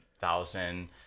thousand